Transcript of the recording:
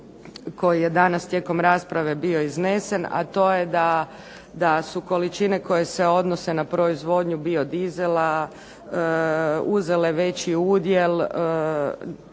koji je danas tijekom rasprave bio iznesen, a to je da su količine koje se odnose na proizvodnju biodizela uzele veći udjel